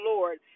Lord